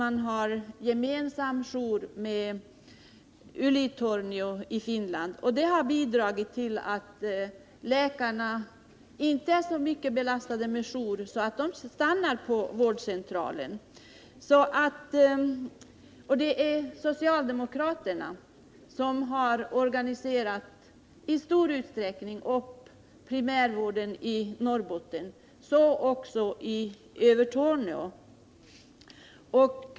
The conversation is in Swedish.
Man har gemensam jour med Ylitornio i Finland. Detta har bidragit till att läkarna inte är så belastade med jour och att de därför stannar kvar på vårdcentralen. Det är socialdemokraterna som i stor utsträckning organiserat primärvården i Norrbotten, så också i Övertorneå.